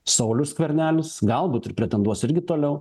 saulius skvernelis galbūt ir pretenduos irgi toliau